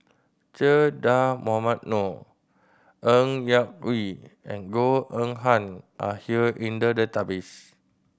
Che Dah Mohamed Noor Ng Yak Whee and Goh Eng Han are here in the database